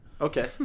Okay